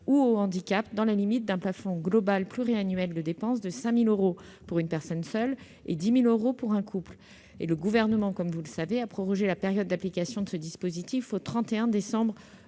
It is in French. ou au handicap, dans la limite d'un plafond global pluriannuel de dépenses de 5 000 euros pour une personne seule et de 10 000 euros pour un couple. Comme vous le savez, le Gouvernement a prorogé la période d'application de ce dispositif au 31 décembre 2020.